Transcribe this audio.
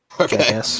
Okay